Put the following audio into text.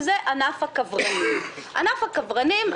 ענף הכוורנים,